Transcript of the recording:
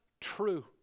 true